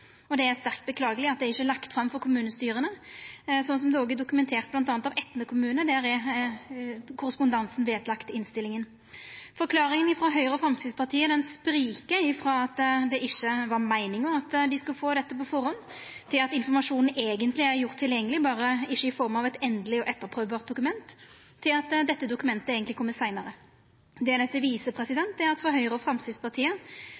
forliket. Det er sterkt beklageleg at det ikkje er lagt fram for kommunestyra, slik som det òg har vorte dokumentert, bl.a. av Etne kommune. Korrespondansen er vedlagd innstillinga. Forklaringa frå Høgre og Framstegspartiet spriker, frå at det ikkje var meininga at dei skulle få dette på førehand, til at informasjonen eigentleg er gjort tilgjengeleg, berre ikkje i form av eit endeleg dokument som kan etterprøvast, til at dette dokumentet eigentleg kjem seinare. Det dette viser, er at for Høgre og Framstegspartiet